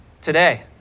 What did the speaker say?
today